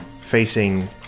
facing